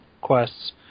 quests